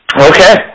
Okay